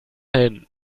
hin